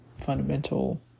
fundamental